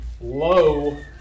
low